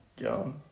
Go